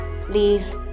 Please